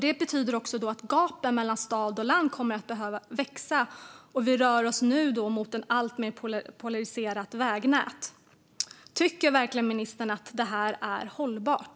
Det innebär att gapet mellan stad och land kommer att växa och att vi nu rör oss mot ett alltmer polariserat vägnät. Tycker verkligen ministern att det här är hållbart?